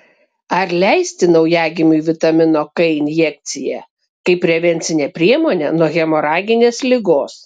ar leisti naujagimiui vitamino k injekciją kaip prevencinę priemonę nuo hemoraginės ligos